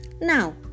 Now